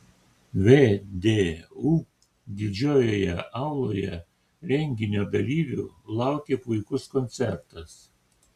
vdu didžiojoje auloje renginio dalyvių laukė puikus koncertas